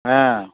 ஆ